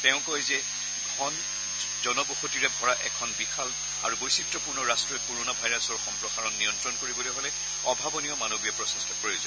তেওঁ কয় যে ঘন জনবসতিৰে ভৰা এখন বিশাল আৰু বৈচিত্ৰ্যপূৰ্ণ ৰাট্টই কৰণা ভাইৰাছৰ সম্প্ৰসাৰণ নিয়ন্ত্ৰণ কৰিবলৈ হলে অভাৱনীয় মানৱীয় প্ৰচেষ্টাৰ প্ৰয়োজন